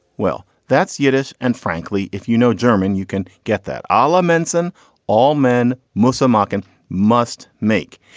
well, that's yiddish. and frankly, if you know german, you can get that ah aliments and all men motza markin must make.